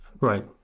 Right